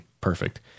perfect